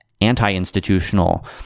Anti-institutional